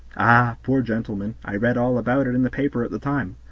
ah! poor gentleman i read all about it in the paper at the time.